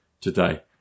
today